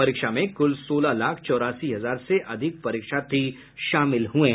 परीक्षा में कुल सोलह लाख चौरासी हजार से अधिक परीक्षार्थी शामिल हुए थे